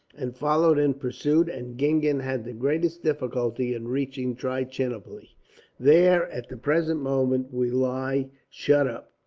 and followed in pursuit, and gingen had the greatest difficulty in reaching trichinopoli. there, at the present moment, we lie shut up,